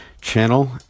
channel